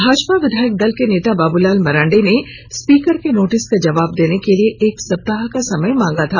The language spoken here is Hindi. भाजपा विधायक दल के नेता बाबूलाल मरांडी ने स्पीकर के नोटिस का जवाब र्दने के लिए एक सप्ताह का समय मांगा था